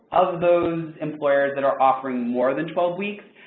of those and lawyers that are offering more than twelve weeks,